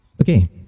okay